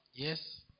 Yes